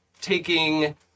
taking